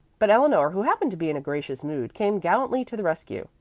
but eleanor, who happened to be in a gracious mood, came gallantly to the rescue.